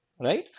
right